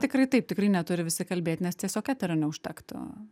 tikrai taip tikrai neturi visi kalbėt nes tiesiog eterio neužtektų